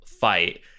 fight